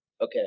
Okay